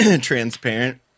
transparent